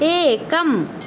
एकम्